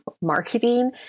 marketing